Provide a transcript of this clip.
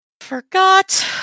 Forgot